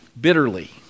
bitterly